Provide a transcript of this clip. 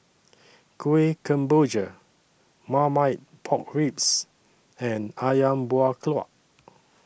Kueh Kemboja Marmite Pork Ribs and Ayam Buah Keluak